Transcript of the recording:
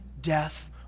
death